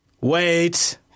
wait